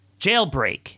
jailbreak